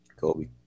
Kobe